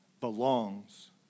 belongs